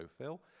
Phil